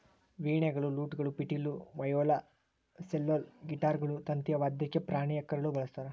ವೀಣೆಗಳು ಲೂಟ್ಗಳು ಪಿಟೀಲು ವಯೋಲಾ ಸೆಲ್ಲೋಲ್ ಗಿಟಾರ್ಗಳು ತಂತಿಯ ವಾದ್ಯಕ್ಕೆ ಪ್ರಾಣಿಯ ಕರಳು ಬಳಸ್ತಾರ